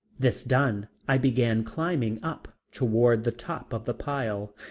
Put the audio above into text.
this done i began climbing up toward the top of the pile.